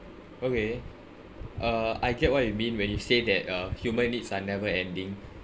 okay uh I get what you mean when you say that uh human needs are never ending